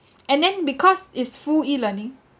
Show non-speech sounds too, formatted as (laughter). (noise) and then because is full E-learning